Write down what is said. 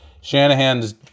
Shanahan's